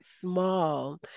small